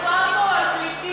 מדובר פה על פליטים.